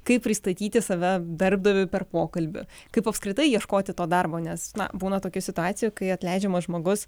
kaip pristatyti save darbdaviui per pokalbį kaip apskritai ieškoti to darbo nes na būna tokių situacijų kai atleidžiamas žmogus